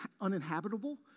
uninhabitable